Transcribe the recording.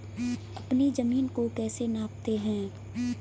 अपनी जमीन को कैसे नापते हैं?